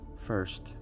first